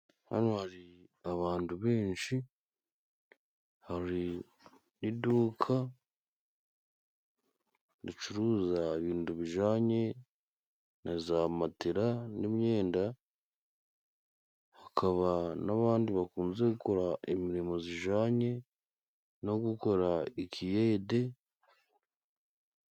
Hano hari abantu benshi, hari iduka ricuruza ibintu bijanye na za matela n'imyenda, hakaba n'abandi bakunze gukora imirimo zijanye no gukora ikiyede.